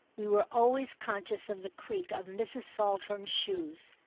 we were always conscious of the creak of mrs. saltram's shoes.